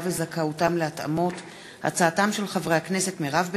התשע"ו 2016, מאת חברי הכנסת רחל